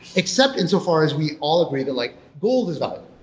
except in so far as we all agree that like gold is um